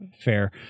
fair